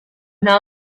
now